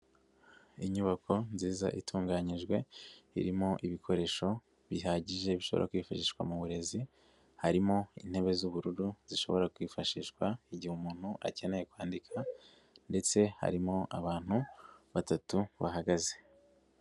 Inyubako nziza itunganyijwe irimo ibikoresho bihagije bishobora kwifashishwa mu burezi harimo intebe z'ubururu zishobora kwifashishwa igihe umuntu akeneye kwandika ndetse harimo abantu batatu bahagaze.